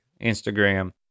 Instagram